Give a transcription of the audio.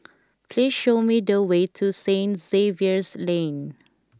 please show me the way to St Xavier's Lane